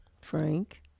Frank